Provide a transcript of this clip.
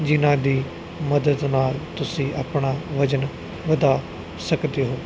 ਜਿਹਨਾਂ ਦੀ ਮਦਦ ਨਾਲ ਤੁਸੀਂ ਆਪਣਾ ਵਜਨ ਵਧਾ ਸਕਦੇ ਹੋ